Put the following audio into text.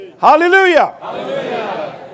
Hallelujah